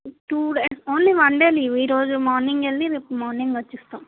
two day only one day leave ఈరోజు morning వెళ్లి రేపు మార్నింగ్ వచ్చేస్తాము